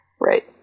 Right